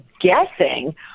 guessing